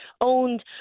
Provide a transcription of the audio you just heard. owned